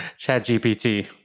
ChatGPT